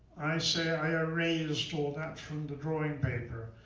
i say i erased all that from the drawing paper.